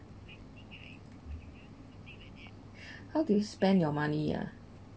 how do you spend your money uh